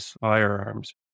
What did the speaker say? firearms